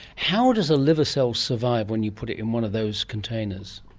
how does a liver cell survive when you put it in one of those containers?